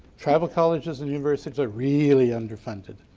travel colleges and universities are really underfunded.